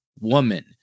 woman